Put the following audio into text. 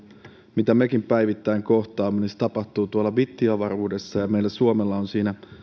mitä mekin päivittäin kohtaamme se tapahtuu tuolla bittiavaruudessa ja meillä suomessa on siinä